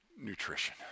nutrition